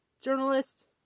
journalist